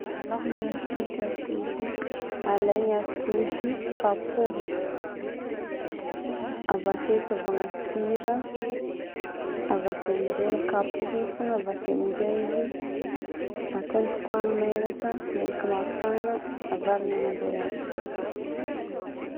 Alohan'ny hagnano frity atody: alaigna atody. Kapohina. Avake ataovagna sira, avake aminjay kapohina fôgna, avake aminjay izy atoko amin'ny menaka, menaka mafana, avarigny aminjay atody.